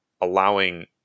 allowing